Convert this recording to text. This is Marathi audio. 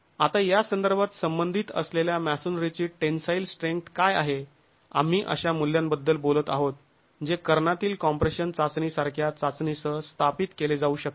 आता यासंदर्भात संबंधित असलेल्या मॅसोनरीची टेन्साईल स्ट्रेंथ काय आहे आम्ही अशा मूल्यांबद्दल बोलत आहोत जे कर्णातील कॉम्प्रेशन चाचणी सारख्या चाचणीसह स्थापित केले जाऊ शकते